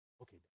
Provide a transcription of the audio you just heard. okay